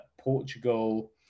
Portugal